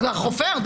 חופר.